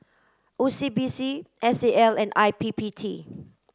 O C B C S A L and I P P T